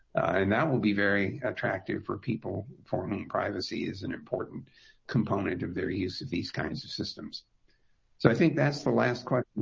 and that will be very attractive for people for whom privacy is an important component of their use of these kinds of systems. so i think that's the last question,